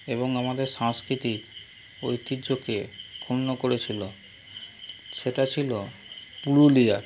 এবং আমাদের সাংস্কৃতিক ঐতিহ্যকে ক্ষুণ্ণ করেছিল সেটা ছিল পুরুলিয়ার